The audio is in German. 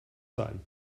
sein